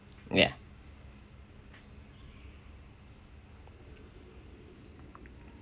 ya